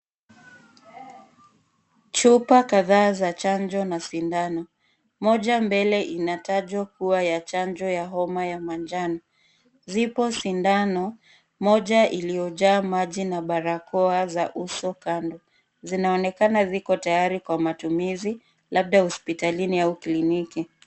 Chupa kadhaa za chanjo na sindano . Moja mbele inatajwa kuwa ya chanjo ya homa ya manjano. Zipo sindano, moja iliyojaa maji na barakoa za uso kando. Zinaonekana viko tayari kwa matumizi labda hospitalini au kliniki.